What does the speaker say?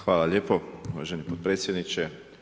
Hvala lijepo uvaženi potpredsjedniče.